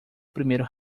primeiro